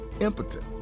impotent